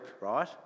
right